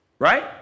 Right